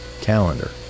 Calendar